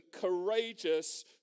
courageous